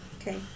Okay